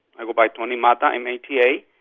i go by tony mata, m a t a.